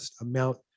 amount